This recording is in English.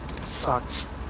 Sucks